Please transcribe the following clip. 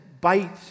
bite